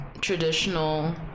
traditional